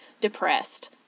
depressed